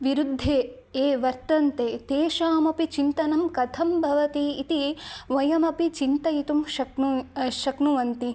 विरुद्धे ये वर्तन्ते तेषामपि चिन्तनं कथं भवति इति वयमपि चिन्तयितुं शक्नु शक्नुवन्ति